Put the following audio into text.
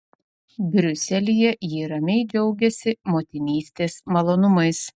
briuselyje ji ramiai džiaugiasi motinystės malonumais